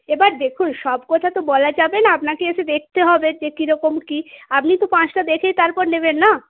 এবার দেখুন সব কথা তো বলা যাবে না আপনাকে এসে দেখতে হবে যে কীরকম কী আপনি তো পাঁচটা দেখেই তারপর নেবেন না